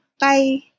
Bye